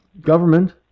government